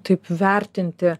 taip vertinti